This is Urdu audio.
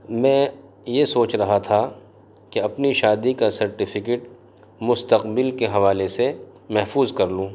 میں یہ سوچ رہا تھا کہ اپنی شادی کا سرٹیفکیٹ مستقبل کے حوالے سے محفوظ کر لوں